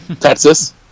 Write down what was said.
Texas